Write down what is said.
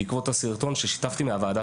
בעקבות הסרטון ששיתפתי מהוועדה